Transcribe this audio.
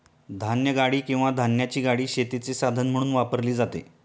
धान्यगाडी किंवा धान्याची गाडी शेतीचे साधन म्हणून वापरली जाते